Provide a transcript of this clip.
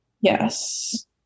yes